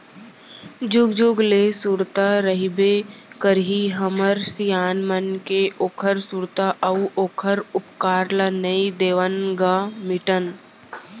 जुग जुग ले सुरता रहिबे करही हमर सियान मन के ओखर सुरता अउ ओखर उपकार ल नइ देवन ग मिटन